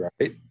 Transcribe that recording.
right